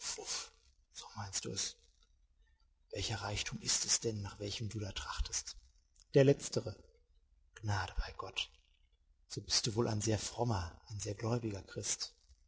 so meinst du es welcher reichtum ist es denn nach welchem du da trachtest der letztere gnade bei gott so bist du wohl ein sehr frommer ein sehr gläubiger christ